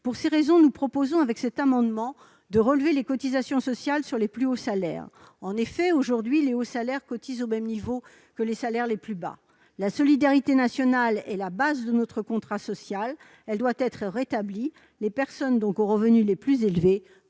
Pour ces raisons, nous proposons, au travers de cet amendement, de relever les cotisations sociales sur les plus hauts salaires. En effet, aujourd'hui, les hauts salaires cotisent au même niveau que les salaires les plus bas. La solidarité nationale est la base de notre contrat social, elle doit être rétablie. Les personnes aux revenus les plus élevés